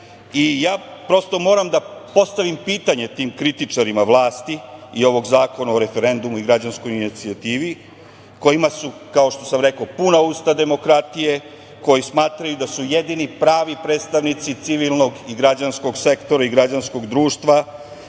Prosto moram da postavim pitanje tim kritičarima vlasti i ovog Zakona o referendumu i građanskoj inicijativi, kojima su, kao što sam rekao, puna usta demokratije, koji smatraju da su jedini pravi predstavnici civilnog i građanskog sektora i građanskog društva,